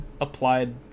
applied